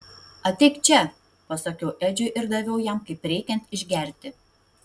ateik čia pasakiau edžiui ir daviau jam kaip reikiant išgerti